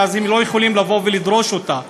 ואז הם לא יכולים לבוא ולדרוש אותה,